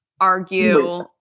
argue